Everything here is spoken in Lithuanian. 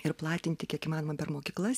ir platinti kiek įmanoma per mokyklas